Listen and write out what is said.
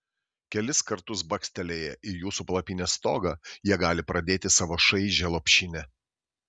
kelis kartus bakstelėję į jūsų palapinės stogą jie gali pradėti savo šaižią lopšinę